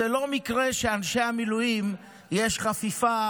זה לא מקרה שבין אנשי המילואים יש חפיפה